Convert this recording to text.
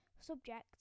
subject